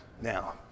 Now